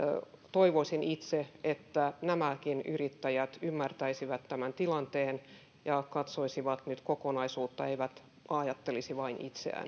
toivoisin itse että nämäkin yrittäjät ymmärtäisivät tämän tilanteen ja katsoisivat nyt kokonaisuutta eivät ajattelisi vain itseään